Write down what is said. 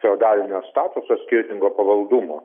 feodalinio statuso skirtingo pavaldumo